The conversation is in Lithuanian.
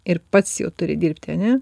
ir pats jau turi dirbti ane